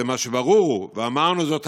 ומה שברור, ואמרנו זאת תמיד: